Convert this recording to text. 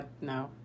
No